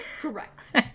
Correct